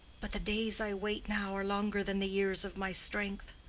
but the days i wait now are longer than the years of my strength.